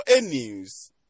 News